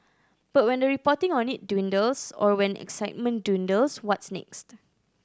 but when the reporting on it dwindles or when excitement dwindles what's next